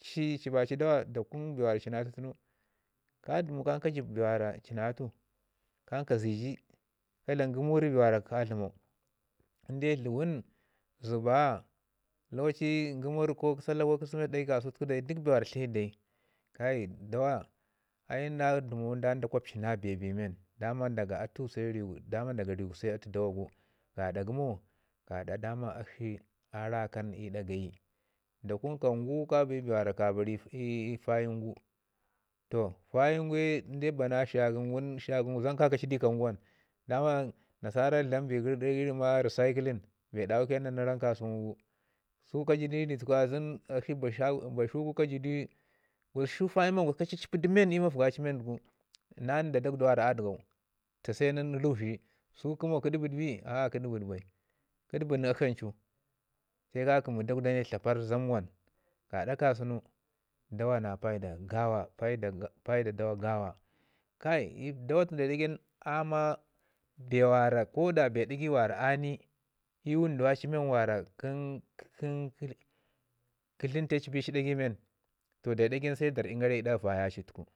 Ci ci ba ci dawa da kuna bee ci na atu tuna ka dəmu kə jəbi bee ci na atu kan ka zəji ka dlam ngumuri bee waira ka dlamu. Inde dləgun, zəba lokaci ngumuri ko kə Sallah ko kə chrismati dagai ka sau duk bee wara təu dai dawa ai da dəm da gwapci na bee bi men. Daman daga atu sai ruwe gu se atu dawa gu gaɗa daman akshi a rakan ii ɗa gayi, da kunu kaam gu ka bi bee wara ka baru fayin gu. Toh fayin gu ke in bana zhagəm gun zam kaya du i kaam gu wam daman nasara dlam bee gəri ɗagai me recyclin bee dawu ke nan na ram ka sunu gu, su ka ju du ii rituku azəm akshi ba zhau gu nin zhu fayin men gusku ka caspedu i miya mougacin na nda dagusda wa a ɗigau ta se nin rukshi so kəmo kə dəbəɗ bi kə ɗəbəd aa kə ɗəɓəɗ bai. Kə dəbəd akshi wamu se ka kəmi dagusdu ne tlaparr zam wam gaɗa kasenu dawa na paida gawa paida, paida dawa gawa. Kai dawa da ri dagui nin a ma bee wara ko ɗa bee dagai wara ani ii wunduwa ci men wara kən- kə-kə-kə dləmle gəshi dagai ment toh dari dagai niin se darrin gara i ɗa vaya ci tuku.